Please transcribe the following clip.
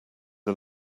are